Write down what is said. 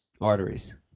arteries